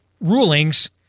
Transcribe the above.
rulings